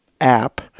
app